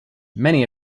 many